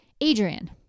Adrian